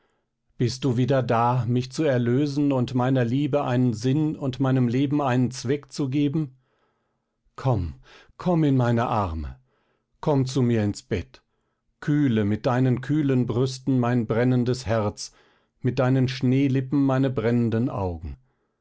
bist du wieder da mich zu erlösen und meiner liebe eine sinn und meinem leben einen zweck zu geben komm komm in meine arme komm zu mir ins bett kühle mit deinen kühlen brüsten mein brennendes herz mit deinen schneelippen meine brennenden augen